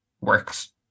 works